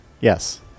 yes